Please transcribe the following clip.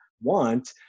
want